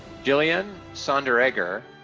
jillian soneregger,